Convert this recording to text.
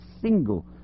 single